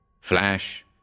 Flash